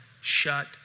shut